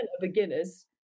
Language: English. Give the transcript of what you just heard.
beginners